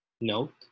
Note